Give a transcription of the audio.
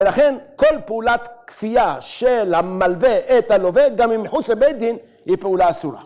ולכן כל פעולת כפייה של המלווה את הלווה, גם אם מחוץ לבית דין, היא פעולה אסורה.